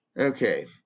Okay